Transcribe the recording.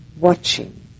watching